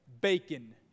bacon